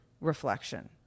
reflection